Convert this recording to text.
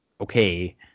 okay